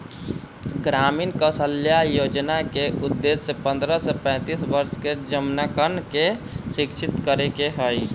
ग्रामीण कौशल्या योजना के उद्देश्य पन्द्रह से पैंतीस वर्ष के जमनकन के शिक्षित करे के हई